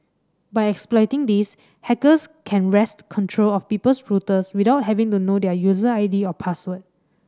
by exploiting this hackers can wrest control of people's routers without having to know their user I D or password